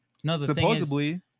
Supposedly